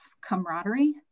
camaraderie